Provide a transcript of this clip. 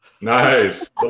Nice